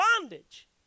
bondage